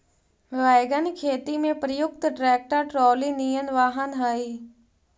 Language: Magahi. वैगन खेती में प्रयुक्त ट्रैक्टर ट्रॉली निअन वाहन हई